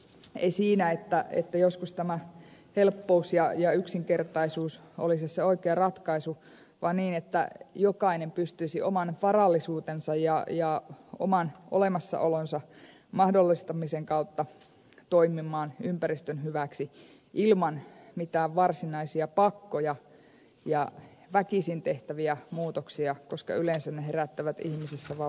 ei siinä joskus helppous ja yksinkertaisuus olisi se oikea ratkaisu mutta olisi niin että jokainen pystyisi oman varallisuutensa ja oman olemassaolonsa mahdollistamisen kautta toimimaan ympäristön hyväksi ilman mitään varsinaisia pakkoja ja väkisin tehtäviä muutoksia koska yleensä ne herättävät ihmisissä vain valtavaa vastarintaa